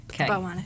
Okay